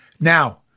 Now